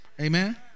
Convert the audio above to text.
Amen